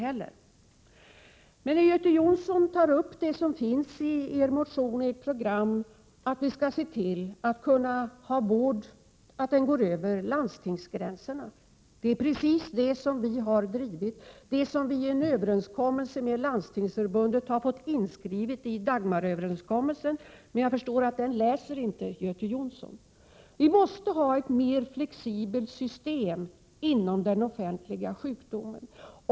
Men det som Göte Jonsson tar upp, som finns i moderaternas motion och i program, om att vi skall se till att vården skall kunna erbjudas över landstingsgränser, är precis det som vi har drivit och som vi i en överenskommelse med Landstingsförbundet har fått inskrivet i Dagmaröverenskommelsen. Men jag förstår att Göte Jonsson inte läser denna överenskommelse. Vi måste ha ett mer flexibelt system inom den offentliga sjukvården.